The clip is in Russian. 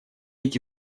эти